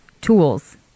tools